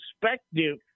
perspective